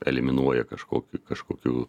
eliminuoja kažkokį kažkokių